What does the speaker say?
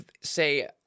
say